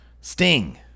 Sting